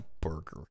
burger